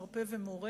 מרפא ומורה.